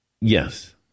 Yes